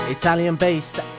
Italian-based